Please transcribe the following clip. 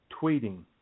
tweeting